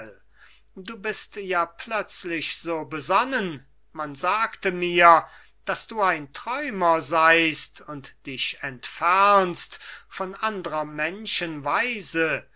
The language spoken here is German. du bist ja plötzlich so besonnen man sagte mir dass du ein träumer seist und dich entfernst von andrer menschen